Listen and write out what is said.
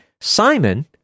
Simon